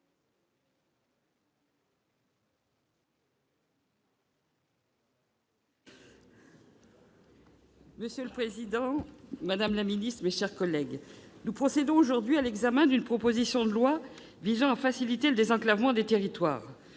Monsieur le président, madame la ministre, mes chers collègues, nous procédons aujourd'hui à l'examen d'une proposition de loi visant à faciliter le désenclavement des territoires.